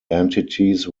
entities